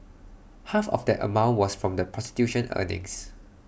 half of that amount was from the prostitution earnings